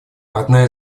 одна